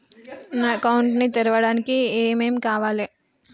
నా అకౌంట్ ని తెరవడానికి ఏం ఏం కావాలే?